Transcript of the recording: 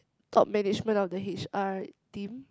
top management of the H_R team